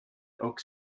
oak